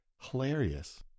Hilarious